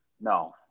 No